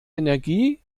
energie